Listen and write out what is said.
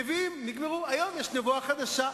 נביאים נגמרו, היום יש נבואה חדשה.